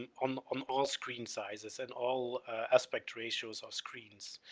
on on all screen sizes and all aspect ratios or screens.